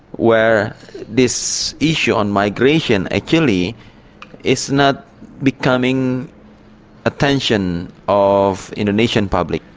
where this issue on migration actually is not becoming attention of indonesian public.